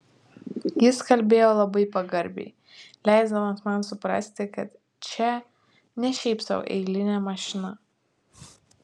jis kalbėjo labai pagarbiai leisdamas man suprasti kad čia ne šiaip sau eilinė mašina